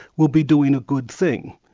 will be doing a good thing.